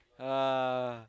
uh